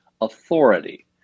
authority